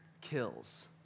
kills